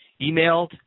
emailed